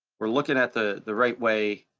we're looking at the the right way,